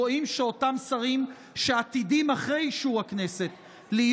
רואים שאותם שרים שעתידים אחרי אישור הכנסת להיות